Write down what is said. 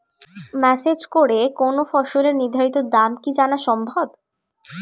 Message করে কোন ফসলের নির্ধারিত দাম কি জানা সম্ভব?